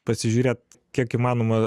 pasižiūrėt kiek įmanoma